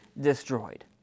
destroyed